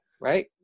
right